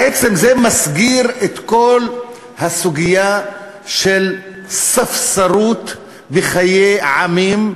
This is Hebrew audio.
בעצם זה מסגיר את כל הסוגיה של ספסרות בחיי עמים,